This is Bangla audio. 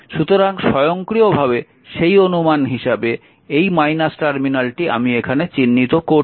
সুতরাং স্বয়ংক্রিয়ভাবে সেই অনুমান হিসাবে এই টার্মিনালটি আমি এখানে চিহ্নিত করছি না